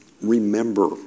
remember